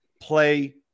play